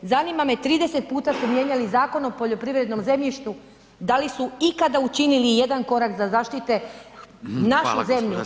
Zanima me, 30 puta su mijenjali Zakon o poljoprivrednom zemljištu, da li su ikada učinili jedan korak da zaštite našu zemlju